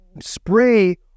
spray